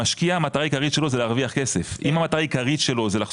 המשקיע המטרה העיקרית שלו זה להרוויח כסף,